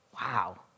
Wow